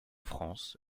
france